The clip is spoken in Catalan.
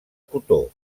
cotó